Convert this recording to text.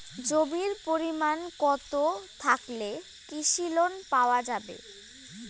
জমির পরিমাণ কতো থাকলে কৃষি লোন পাওয়া যাবে?